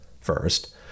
First